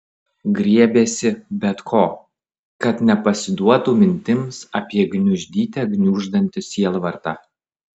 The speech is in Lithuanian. griebėsi bet ko kad nepasiduotų mintims apie gniuždyte gniuždantį sielvartą